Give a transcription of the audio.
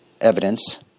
evidence